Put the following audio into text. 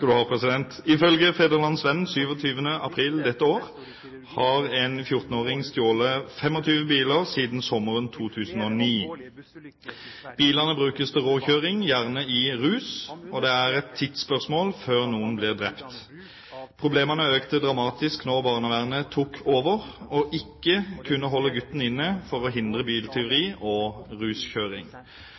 du ha, president! «Ifølge Fædrelandsvennen 27. april i år har en 14-åring stjålet 25 biler siden sommeren 2009. Bilene brukes til råkjøring, gjerne i rus. Det er et tidsspørsmål før noen blir drept. Problemene økte dramatisk da barnevernet tok over og ikke kunne holde gutten inne for